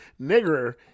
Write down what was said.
Nigger